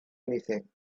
anything